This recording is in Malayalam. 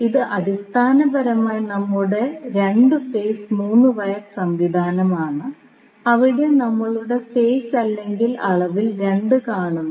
ഇത് അടിസ്ഥാനപരമായി നമ്മളുടെ 2 ഫേസ് 3 വയർ സംവിധാനമാണ് അവിടെ നമ്മളുടെ ഫേസ് അല്ലെങ്കിൽ അളവിൽ 2 കാണുന്നു